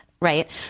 right